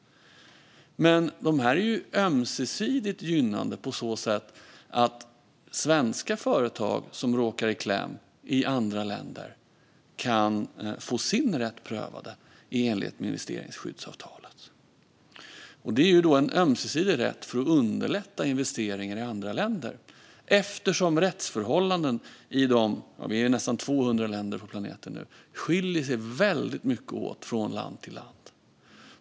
Men dessa är ju ömsesidigt gynnande på så sätt att svenska företag som råkar i kläm i andra länder kan få sin rätt prövad i enlighet med investeringsskyddsavtalen. Det är en ömsesidig rätt för att underlätta investeringar i andra länder, eftersom rättsförhållandena - vi är nästan 200 länder på planeten nu - skiljer sig väldigt mycket åt från land till land.